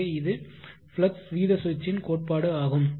எனவே இது ஃப்ளக்ஸ் வீத சுவிட்சின் கோட்பாடு ஆகும்